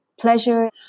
pleasure